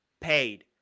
paid